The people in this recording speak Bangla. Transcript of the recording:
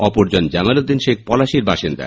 অপরজন জামালুদ্দিন শেখ পলাশীর বাসিন্দা